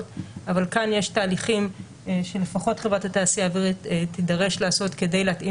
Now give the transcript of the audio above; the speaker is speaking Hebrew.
אבל כאן יש תהליכים שלפחות חברת התעשייה האווירית תידרש לעשות כדי להתאים